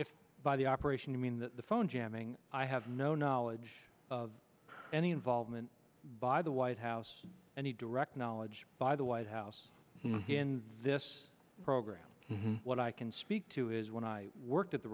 if by the operation you mean that the phone jamming i have no knowledge of any involvement by the white house and he direct knowledge by the white house in this program what i can speak two is when i worked at the